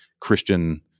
Christian